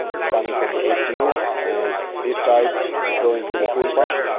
is coming from the ecu and this side is going to the fuel pump.